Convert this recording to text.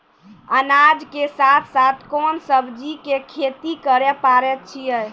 अनाज के साथ साथ कोंन सब्जी के खेती करे पारे छियै?